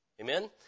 Amen